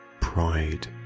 pride